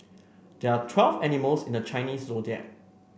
there are twelve animals in the Chinese Zodiac